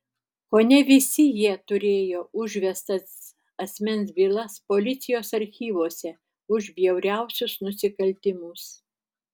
kone visi jie turėjo užvestas asmens bylas policijos archyvuose už bjauriausius nusikaltimus